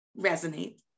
resonate